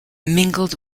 mingled